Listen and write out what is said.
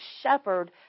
shepherd